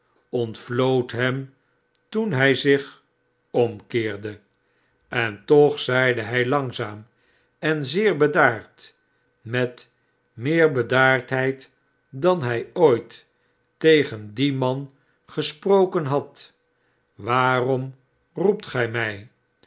ontvlood hem toen hij zich omkeerde en toch zeide hij langzaam en zeer bedaard met meer bedaardheid dan hij ooit tegen dien man gesproken had swaarom roept gij mij